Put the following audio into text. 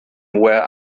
where